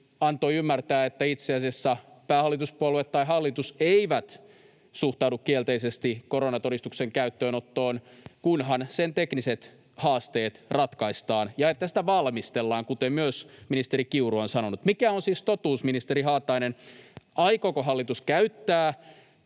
antoi ymmärtää, että itse asiassa päähallituspuolue tai hallitus ei suhtaudu kielteisesti koronatodistuksen käyttöönottoon, kunhan sen tekniset haasteet ratkaistaan, ja että sitä valmistellaan, kuten myös ministeri Kiuru on sanonut. Mikä on siis totuus, ministeri Haatainen: aikooko hallitus käyttää